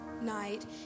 night